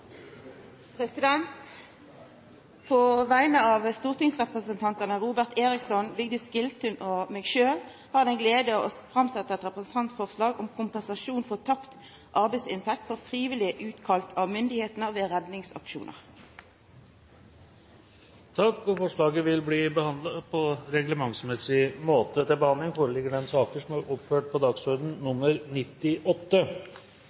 På vegner av stortingsrepresentantane Robert Eriksson, Vigdis Giltun og meg sjølv har eg gleda av å setja fram eit representantforslag om kompensasjon for tapt arbeidsinntekt for frivillige kalla ut av myndigheitene ved redningsaksjonar. Forslaget vil bli behandlet på reglementsmessig måte. Hvis man putter for mye inn i lærernes hverdag, stjeler man av tiden deres. Det er